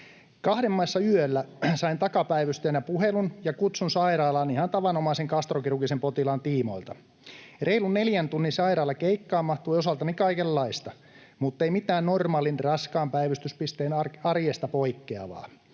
”Kahden maissa yöllä sain takapäivystäjänä puhelun ja kutsun sairaalaan ihan tavanomaisen gastrokirurgisen potilaan tiimoilta. Reilun neljän tunnin sairaalakeikkaan mahtui osaltani kaikenlaista, mutta ei mitään normaalin raskaan päivystyspisteen arjesta poikkeavaa.